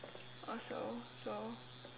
also so